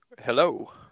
Hello